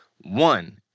One